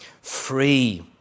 free